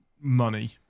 money